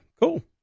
cool